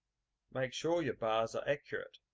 make sure your bars are accurate.